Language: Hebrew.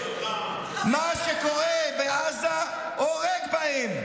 מה שקורה בעזה הורג בהם.